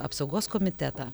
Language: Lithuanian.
apsaugos komitetą